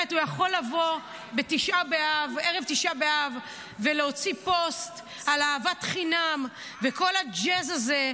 הוא יכול לבוא בערב תשעה באב ולהוציא פוסט על אהבת חינם וכל הג'אז הזה,